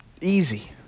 easy